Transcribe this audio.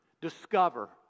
Discover